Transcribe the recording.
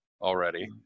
already